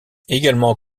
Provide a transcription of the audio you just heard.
egalement